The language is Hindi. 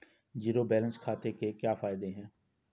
ज़ीरो बैलेंस खाते के क्या फायदे हैं?